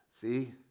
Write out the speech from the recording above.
See